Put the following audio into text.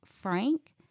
Frank